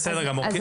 בסדר גמור.